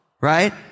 Right